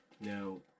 Now